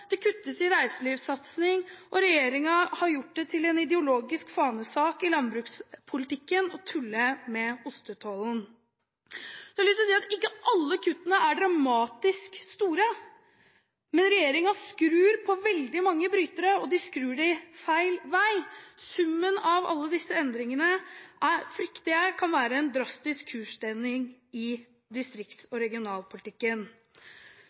Det kuttes i reiselivssatsingen, og regjeringen har gjort det til en ideologisk fanesak i landbrukspolitikken å tulle med ostetollen. Jeg har lyst til å si at ikke alle kuttene er dramatisk store, men regjeringen skrur på veldig mange brytere – og de skrur dem feil vei. Summen av alle disse endringene frykter jeg kan være en drastisk kursdreining i distrikts-